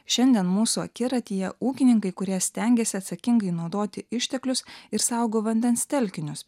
šiandien mūsų akiratyje ūkininkai kurie stengiasi atsakingai naudoti išteklius ir saugo vandens telkinius